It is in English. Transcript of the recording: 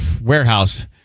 warehouse